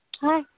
Hi